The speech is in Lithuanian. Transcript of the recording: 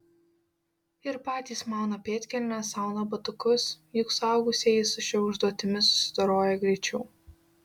ir patys mauna pėdkelnes auna batukus juk suaugusieji su šia užduotimi susidoroja greičiau